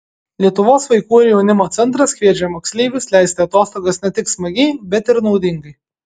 lietuvos vaikų ir jaunimo centras kviečia moksleivius leisti atostogas ne tik smagiai bet ir naudingai